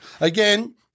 again